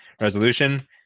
resolution